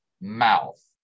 mouth